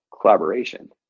collaboration